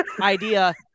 idea